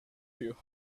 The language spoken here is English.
you